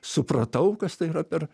supratau kas tai yra per